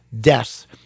deaths